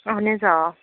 اَہَن حظ آ